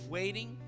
waiting